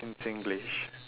in singlish